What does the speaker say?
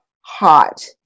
hot